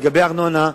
לגבי הארנונה,